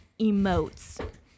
emotes